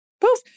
poof